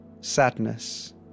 Sadness